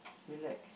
relax